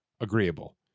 agreeable